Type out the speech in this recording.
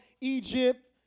Egypt